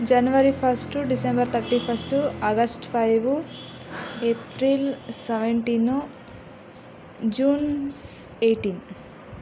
January first December thirty first August five April seventeen June ಸ್ eighteen